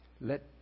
Let